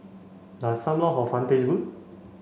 does Sam Lau Hor Fun taste good